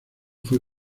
fue